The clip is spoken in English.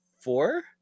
four